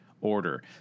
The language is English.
order